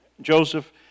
Joseph